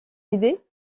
idées